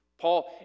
Paul